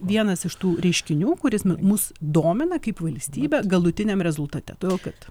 vienas iš tų reiškinių kuris mus domina kaip valstybė galutiniam rezultate todėl kad